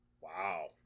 Wow